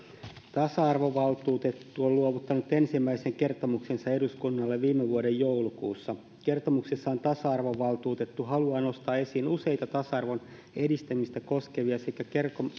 tasa arvovaltuutettu on luovuttanut ensimmäisen kertomuksensa eduskunnalle viime vuoden joulukuussa kertomuksessaan tasa arvovaltuutettu haluaa nostaa esiin useita tasa arvon edistämistä koskevia sekä